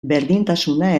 berdintasuna